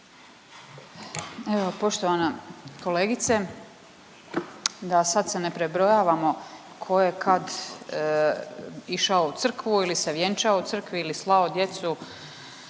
Evo, poštovana kolegice, da sad se ne prebrojavamo tko je kad išao u crkvu ili se vjenčao u crkvi ili slao djecu